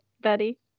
Betty